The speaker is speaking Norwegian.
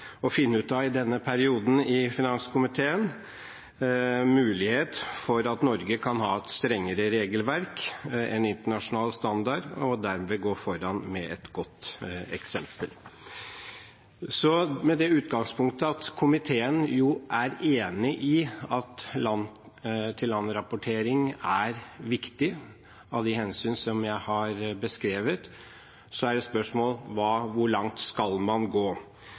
å finne ut av i denne perioden i finanskomiteen – en mulighet for at Norge kan ha et strengere regelverk enn internasjonal standard og dermed gå foran med et godt eksempel. Med det utgangspunktet at komiteen er enig i at land-for-land-rapportering er viktig, av de hensyn som jeg har beskrevet, er det et spørsmål om hvor langt man skal gå.